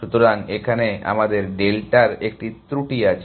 সুতরাং এখানে আমাদের ডেল্টার একটি ত্রুটি আছে